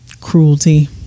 cruelty